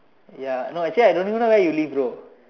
ya no actually I don't even know where you live bro